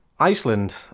Iceland